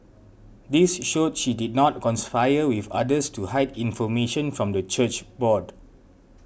this showed she did not conspire with others to hide information from the church board